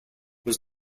was